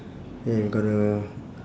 yeah we gonna